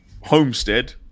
homestead